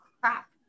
crap